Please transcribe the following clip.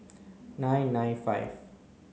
nine nine five